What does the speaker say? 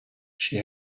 she